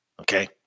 Okay